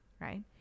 right